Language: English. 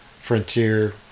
Frontier